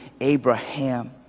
Abraham